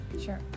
Sure